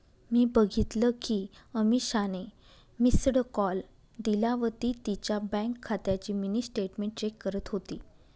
मी बघितल कि अमीषाने मिस्ड कॉल दिला व ती तिच्या बँक खात्याची मिनी स्टेटमेंट चेक करत होती